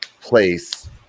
place